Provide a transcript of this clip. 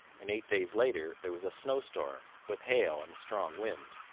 and eight days later there was a snowstorm, with hail and a strong wind.